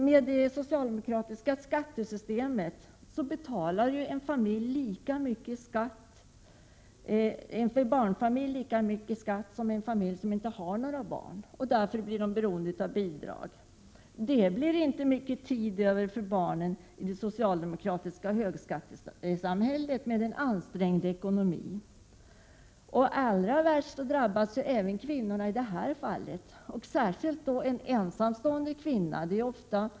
Med det socialdemokratiska skattesystemet betalar en barnfamilj lika mycket i skatt som en familj utan barn, och barnfamiljen blir därigenom beroende av bidrag. En ansträngd ekonomi i det socialdemokratiska högskattesamhället ger inte mycket tid över för barnen. Allra hårdast drabbas kvinnorna även i detta fall — särskilt en ensamstående kvinna.